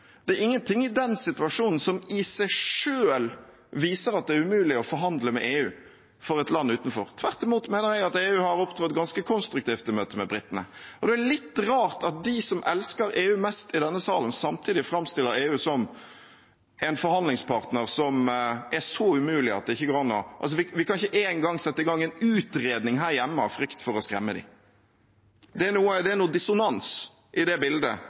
Det er ingenting i den situasjonen som i seg selv viser at det er umulig for et land utenfor å forhandle med EU. Tvert imot mener jeg at EU har opptrådt ganske konstruktivt i møte med britene. Og det er litt rart at de i denne salen som elsker EU mest, samtidig framstiller EU som en forhandlingspartner som er så umulig at vi ikke engang kan sette i gang en utredning her hjemme, av frykt for å skremme dem. Det er noe dissonans i det bildet av EU. Sannheten er